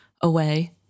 away